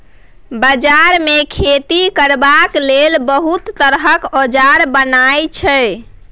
बजार मे खेती करबाक लेल बहुत तरहक औजार बनई छै